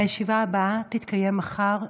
הישיבה הבאה תתקיים מחר,